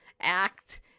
act